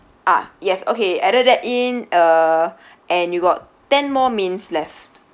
ah yes okay added that in uh and you got ten more mains left